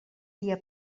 dia